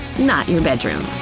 not your bedroom.